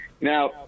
Now